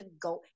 go